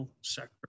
sector